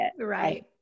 Right